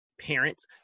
parents